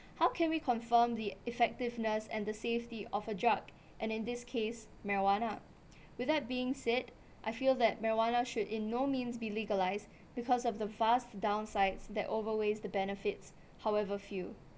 how can we confirm the effectiveness and the safety of a drug and in this case marijuana with that being said I feel that marijuana should in no means be legalised because of the vast downsides that overweigh the benefits however few